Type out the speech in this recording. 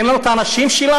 אין לנו את האנשים שלנו,